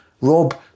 Rob